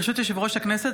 ברשות יושב-ראש הכנסת,